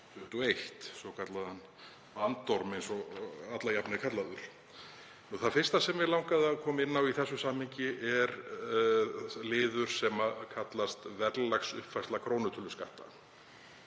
2021, svokallaðan bandorm eins og hann er alla jafna er kallaður. Það fyrsta sem mig langar að koma inn á í þessu samhengi er liður sem kallast Verðlagsuppfærsla krónutöluskatta.